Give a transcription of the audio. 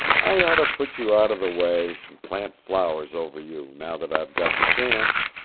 i oughta put you out of the way, and plant flowers over you, now that i've got the chance.